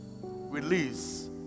release